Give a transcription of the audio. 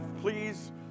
please